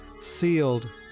sealed